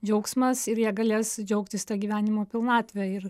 džiaugsmas ir jie galės džiaugtis gyvenimo pilnatve ir